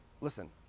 listen